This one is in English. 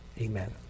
Amen